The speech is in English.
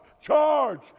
charge